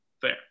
Fair